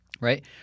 right